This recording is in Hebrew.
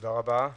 תודה רבה.